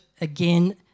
again